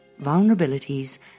vulnerabilities